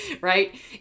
right